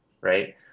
right